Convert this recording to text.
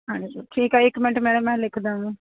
ਹਾਂਜੀ ਠੀਕ ਹੈ ਇੱਕ ਮਿੰਟ ਮੈਡਮ ਮੈਂ ਲਿਖ ਦੇਵਾਂ